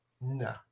no